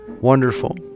Wonderful